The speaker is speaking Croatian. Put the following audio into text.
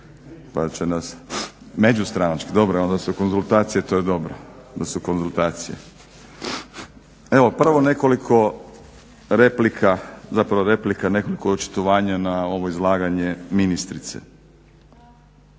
brzo proć, međustranački, dobro, onda su konzultacije, to je dobro da su konzultacije. Evo prvo nekoliko replika, nekoliko očitovanja na ovo izlaganje ministrice.